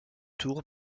tour